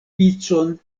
vicon